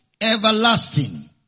everlasting